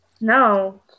No